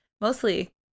mostly